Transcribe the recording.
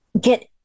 get